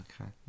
okay